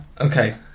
Okay